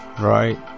right